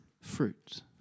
fruit